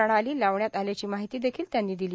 प्रणाली लावण्यात आल्याची माहिती देखील त्यांनी दिली